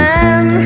Man